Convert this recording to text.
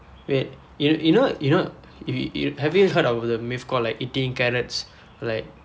wait you you know you know if you have you heard of the myth called like eating carrots like